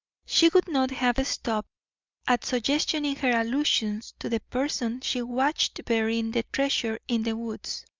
she would not have stopped at suggestion in her allusions to the person she watched burying the treasure in the woods.